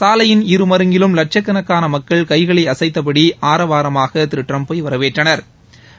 சாலையின் இருமருங்கிலும் லட்சக்கணக்கான மக்கள் கைகளை அசைத்தபடி ஆரவாரமாக அவரை வரவேற்றனா்